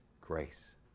grace